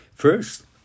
First